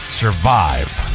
survive